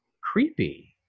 creepy